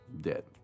dead